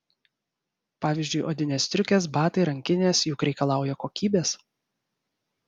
pavyzdžiui odinės striukės batai rankinės juk reikalauja kokybės